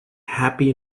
happy